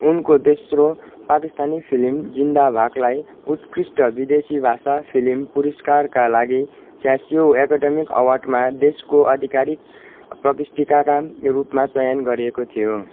उनको दोस्रो पाकिस्तानी फिल्म जिन्दा भागलाई उत्कृष्ट विदेशी भाषा फिल्म पुरस्कारका लागि छयासिऔँ एकाडेमी अवार्डमा देशको आधिकारिक प्रविष्टिका रूपमा चयन गरिएको थियो